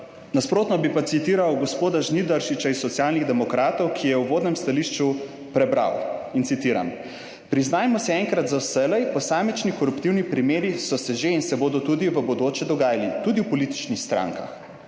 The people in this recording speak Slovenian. nasprotno bi pa citiral gospoda Žnidaršiča iz Socialnih demokratov, ki je v uvodnem stališču prebral, in citiram: »Priznajmo si enkrat za vselej, posamični koruptivni primeri so se že in se bodo tudi v bodoče dogajali, tudi v političnih strankah,